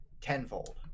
tenfold